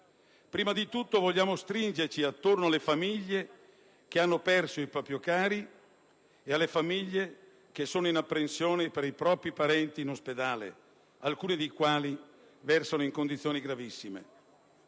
prima di tutto, vogliamo stringerci attorno alle famiglie che hanno perso i propri cari e a quelle che sono in apprensione per i propri parenti in ospedale, alcuni dei quali versano in condizioni gravissime.